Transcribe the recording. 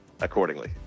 accordingly